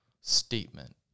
statement